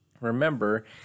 Remember